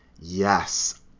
yes